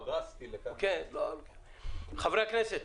חברי הכנסת,